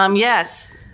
um yes,